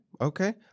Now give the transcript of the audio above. okay